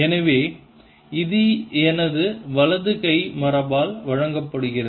எனவே இது எனது வலது கை மரபால் வழங்கப்படுகிறது